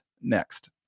next